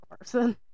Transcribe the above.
person